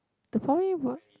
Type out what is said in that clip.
they probably were